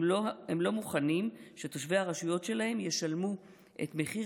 הם לא מוכנים שתושבי הרשויות שלהם ישלמו את מחיר